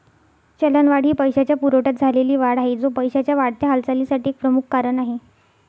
चलनवाढ ही पैशाच्या पुरवठ्यात झालेली वाढ आहे, जो पैशाच्या वाढत्या हालचालीसाठी एक प्रमुख कारण आहे